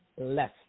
less